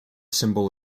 symbol